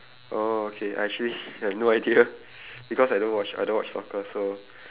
oh okay I actually have no idea because I don't watch I don't watch soccer so